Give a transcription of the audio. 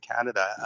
Canada